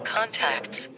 Contacts